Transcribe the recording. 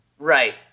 Right